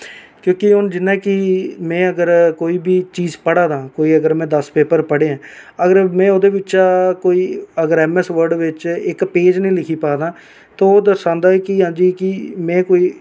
क्योंकि हून जियां कि में अगर कोई बी चीज पढ़ा दा आं कोई अगर में दस पेपर पढ़े अगर में ओह्दे बिच्च कोई अगर ऐम ऐस वर्ड बिच्च इक पेज निं लिखी पा दां ते ओह् दर्शांदा कि हां जी कि में कोई